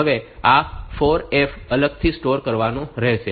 હવે આ 4F અલગથી સ્ટોર કરવાનો રહેશે